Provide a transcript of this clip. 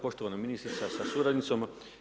Poštovani ministrica sa suradnicom.